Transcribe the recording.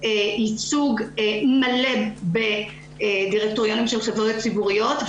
ייצוג מלא בדירקטוריונים של חברות ציבוריות.